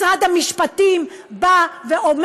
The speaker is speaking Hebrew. משרד המשפטים אומר: